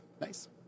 Nice